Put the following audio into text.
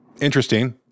Interesting